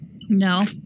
No